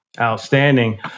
Outstanding